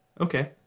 Okay